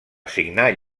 assignar